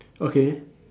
okay